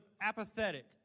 apathetic